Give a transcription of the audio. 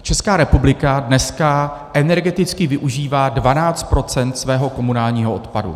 Česká republika dneska energeticky využívá 12 % svého komunálního odpadu.